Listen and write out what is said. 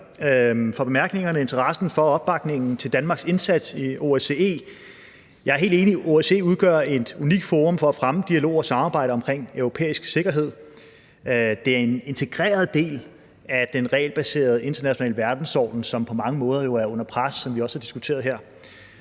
Jeg er helt enig i, at OSCE udgør et unikt forum for at fremme dialog og samarbejde omkring europæisk sikkerhed. Det er en integreret del af den regelbaserede internationale verdensorden, som jo på mange måder er under pres, som vi også har diskuteret her.